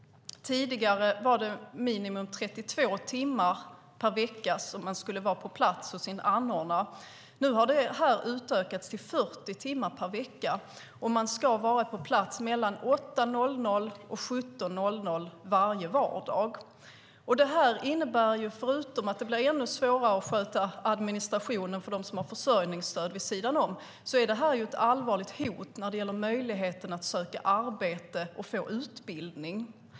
Tidigare skulle man vara på plats hos sin anordnare minst 32 timmar per vecka. Nu har det utökats till 40 timmar per vecka, och man ska vara på plats mellan 8.00 och 17.00 varje vardag. Det innebär, förutom att det blir ännu svårare att sköta administrationen för dem som har försörjningsstöd vid sidan om, att det är ett allvarligt hot när det gäller möjligheten att söka arbete och få utbildning.